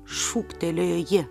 šūktelėjo ji